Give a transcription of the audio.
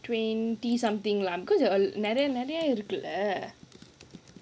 twenty something lah because you நிறைய நிறைய இருக்கு:niraya niraiya irukku